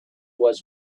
was